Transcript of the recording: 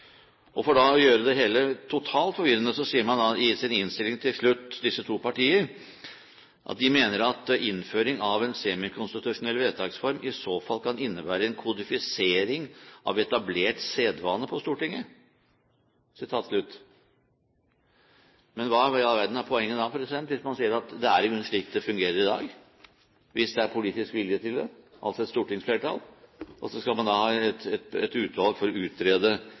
hele totalt forvirrende sier disse to partier til slutt i innstillingen at de mener at «innføring av ei semikonstitusjonell vedtaksform i så fall kan innebera ei kodifisering av etablert sedvane på Stortinget». Hvis man sier at det i grunnen er slik det fungerer i dag, og hvis det er politisk vilje til det, altså et stortingsflertall, hva i all verden er da poenget med å ha et utvalg for å utrede